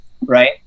right